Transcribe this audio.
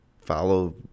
follow